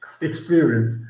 experience